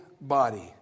body